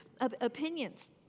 opinions